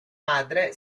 madre